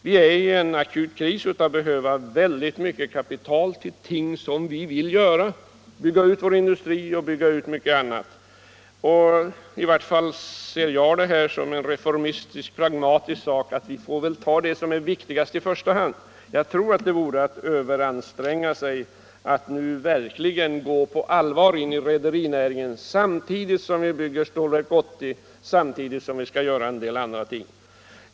Vi är i en akut kris och i behov av mycket kapital till ting vi vill göra; bygga ut våra industrier och mycket annat. I vart fall ser jag det som en reformistisk pragmatisk sak att ta det viktigaste i första hand. Jag tror det vore att överanstränga sig att nu på allvar gå in i rederinäringen samtidigt som vi bygger Stålverk 80 och samtidigt som vi skall göra andra ting.